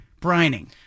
brining